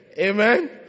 Amen